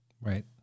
right